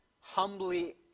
humbly